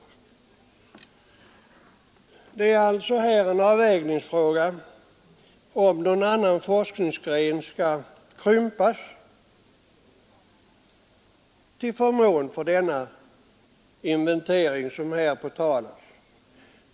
Det är alltså här fråga om en avvägning. Skall någon annan forskningsgren krympa till förmån för den inventering som här är på tal?